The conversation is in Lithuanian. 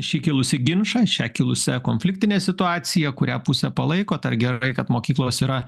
šį kilusį ginčą šią kilusią konfliktinę situaciją kurią pusę palaikot ar gerai kad mokyklos yra